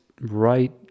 right